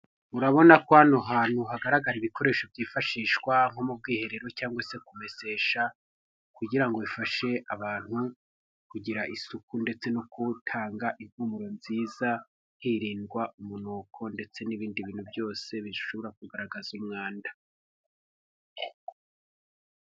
Urabona ko hano hantu hagaragara ibikoresho byifashishwa nko mu bwiherero cyangwa se kumesesha, kugira ngo bifashe abantu kugira isuku ndetse no gutanga impumuro nziza, hirindwa umunuko ndetse n'ibindi bintu byose bishobora kugaragaza umwanda.